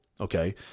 Okay